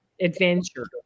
adventure